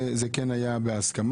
זה כן היה בהסכמה,